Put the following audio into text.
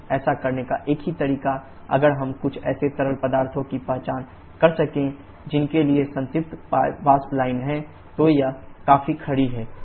ऐसा करने का एक तरीका अगर हम कुछ ऐसे तरल पदार्थों की पहचान कर सकें जिनके लिए संतृप्त वाष्प लाइन है तो यह काफी खड़ी है